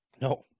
No